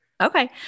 Okay